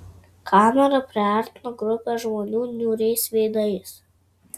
kamera priartino grupę žmonių niūriais veidais